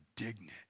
indignant